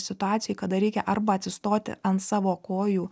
situacijoj kada reikia arba atsistoti an savo kojų